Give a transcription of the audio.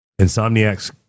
Insomniacs